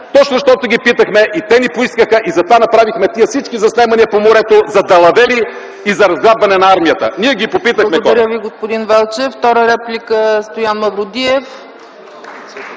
точно защото питахме хората и те ни поискаха, и затова направихме всички тия заснемания по морето за далавери и за разграбване на армията. Ние попитахме